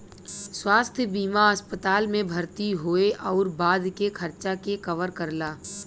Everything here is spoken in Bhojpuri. स्वास्थ्य बीमा अस्पताल में भर्ती होये आउर बाद के खर्चा के कवर करला